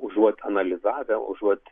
užuot analizavę užuot